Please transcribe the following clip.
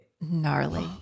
Gnarly